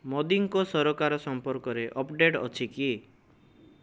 ମୋଦିଙ୍କ ସରକାର ସମ୍ପର୍କରେ ଅପଡ଼େଟ୍ ଅଛି କି